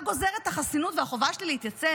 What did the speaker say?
אתה גוזר את החסינות ואת החובה שלי להתייצב